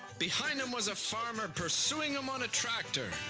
behind him was a farmer pursuing him on a tractor.